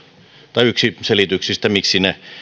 tai se on yksi selityksistä miksi ne